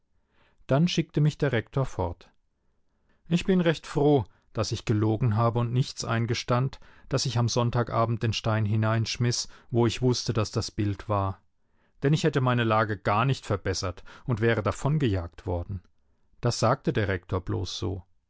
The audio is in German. dann schickte mich der rektor fort ich bin recht froh daß ich gelogen habe und nichts eingestand daß ich am sonntagabend den stein hineinschmiß wo ich wußte daß das bild war denn ich hätte meine lage gar nicht verbessert und wäre davongejagt worden das sagte der rektor bloß so